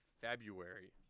February